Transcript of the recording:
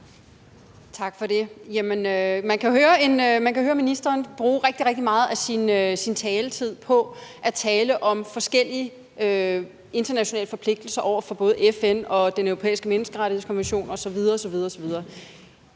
Tak for det. Man kan høre ministeren bruge rigtig, rigtig meget af sin taletid på at tale om forskellige internationale forpligtelser over for både FN og Den Europæiske Menneskerettighedskonvention osv.